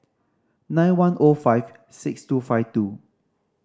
nine one O five six two five two